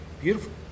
beautiful